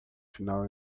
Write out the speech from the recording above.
final